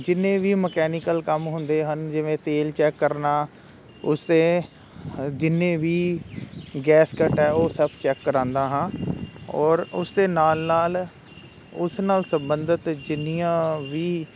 ਜਿੰਨੇ ਵੀ ਮਕੈਨੀਕਲ ਕੰਮ ਹੁੰਦੇ ਹਨ ਜਿਵੇਂ ਤੇਲ ਚੈੱਕ ਕਰਨਾ ਉਸ 'ਤੇ ਹ ਜਿੰਨੇ ਵੀ ਗੈਸ ਘੱਟ ਹੈ ਉਹ ਸਭ ਚੈੱਕ ਕਰਵਾਉਂਦਾ ਹਾਂ ਔਰ ਉਸਦੇ ਨਾਲ ਨਾਲ ਉਸ ਨਾਲ ਸੰਬੰਧਿਤ ਜਿੰਨੀਆਂ ਵੀ